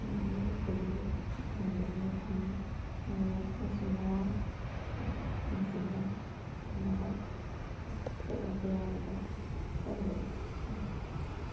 ꯑꯗꯒꯤ ꯀꯣꯕꯤ ꯊꯣꯡꯗꯣꯏꯅꯦ ꯊꯨꯝ ꯃꯣꯔꯣꯛ ꯃꯆꯨ ꯃꯔꯥꯡ ꯅꯆꯤꯡꯕ ꯊꯝꯃꯕ ꯇꯌꯥꯔꯤꯗ ꯇꯧꯋꯦ